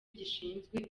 gishinzwe